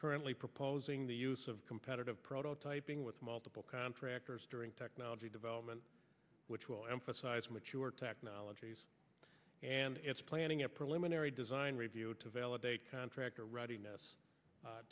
currently proposing the use of competitive prototyping with multiple contractors during technology development which will emphasize mature technologies and it's planning a preliminary design review to validate contractor readiness